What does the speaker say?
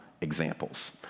examples